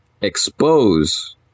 expose